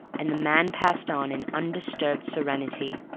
and the man passed on in undisturbed serenity.